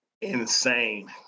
Insane